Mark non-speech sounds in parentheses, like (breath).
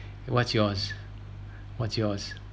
(breath) what's yours (breath) what's yours